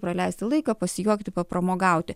praleisti laiką pasijuokti papramogauti